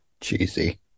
cheesy